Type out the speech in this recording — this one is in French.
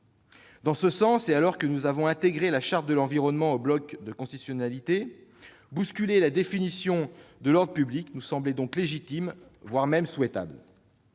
Dans ce sens, et alors que nous avons intégré la Charte de l'environnement au bloc de constitutionnalité, bousculer la définition de l'ordre public nous semblait légitime, voire même souhaitable.